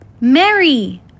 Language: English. Mary